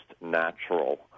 natural